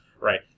right